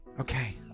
Okay